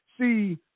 See